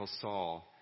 Saul